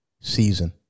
season